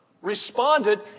responded